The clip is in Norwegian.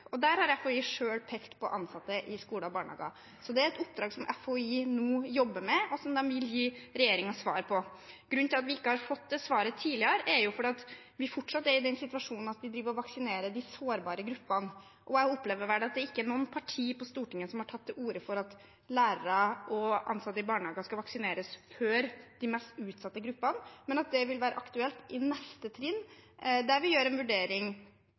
Der har FHI selv pekt på ansatte i skoler og barnehager. Det er et oppdrag FHI nå jobber med, og som de vil gi regjeringen svar på. Grunnen til at vi ikke har fått det svaret tidligere, er at vi fortsatt er i den situasjonen at vi driver og vaksinerer de sårbare gruppene. Jeg opplever vel at det ikke er noe parti på Stortinget som har tatt til orde for at lærere og ansatte i barnehager skal vaksineres før de mest utsatte gruppene. Men det vil være aktuelt i neste trinn, der vi på ny gjør en vurdering